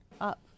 up